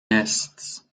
nests